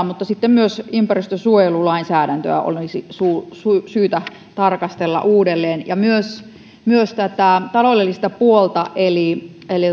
mutta sitten myös ympäristönsuojelulainsäädäntöä olisi syytä tarkastella uudelleen ja myös myös taloudellista puolta eli eli